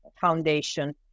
foundation